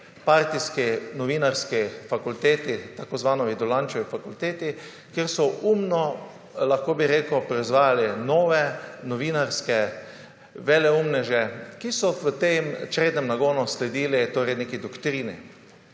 partijski novinarski fakulteti, tako imenovani Dolančevi fakulteti, kjer so umno lahko bi rekel proizvajali nove novinarske veleumneže, ki so v tem črednem nagonu sledili neki doktrini.